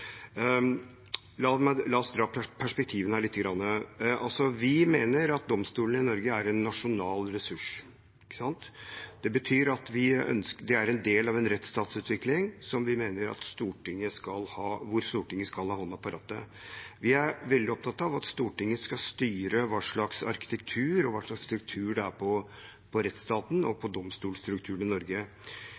La oss ta perspektivene: Vi mener at domstolene i Norge er en nasjonal ressurs. Det betyr at de er en del av en rettsstatsutvikling hvor vi mener Stortinget skal ha hånden på rattet. Vi er veldig opptatt av at Stortinget skal styre hva slags arkitektur og struktur det er på rettsstaten og på domstolstrukturen i Norge.